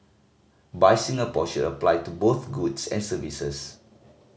buy Singapore should apply to both goods and services